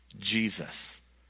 Jesus